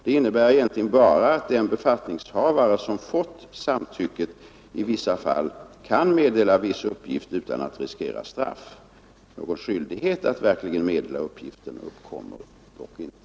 Det innebär egentligen bara att den befattningshavare som fått samtycket i vissa fall kan meddela en uppgift utan att riskera straff. Någon skyldighet att verkligen meddela uppgiften uppkommer dock inte.